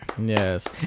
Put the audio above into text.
yes